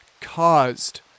caused